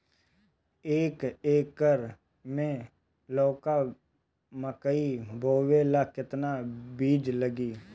एक एकर मे लौका मकई बोवे ला कितना बिज लागी?